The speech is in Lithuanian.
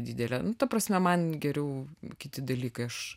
didelė ta prasme man geriau kiti dalykai aš